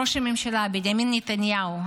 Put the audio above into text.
ראש הממשלה בנימין נתניהו,